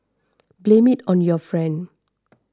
blame it on your friend